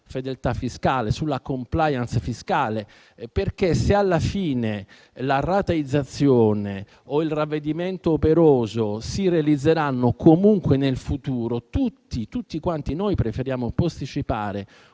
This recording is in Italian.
fedeltà e *compliance* fiscale. Infatti se, alla fine, la rateizzazione o il ravvedimento operoso si realizzeranno comunque nel futuro, tutti quanti noi preferiremo posticipare